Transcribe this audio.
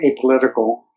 apolitical